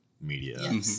media